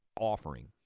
offering